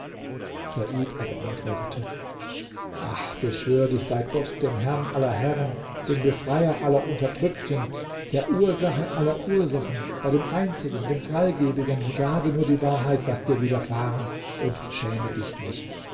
said aber antwortete ach beschwöre dich bei gott dem herrn aller herren dem befreier aller unterdrückten der ursache aller ursachen bei dem einzigen dem freigebigen sage nur die wahrheit was dir widerfahren und schäme dich nicht